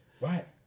Right